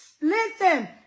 Listen